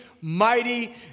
mighty